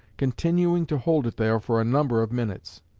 continuing to hold it there for a number of minutes.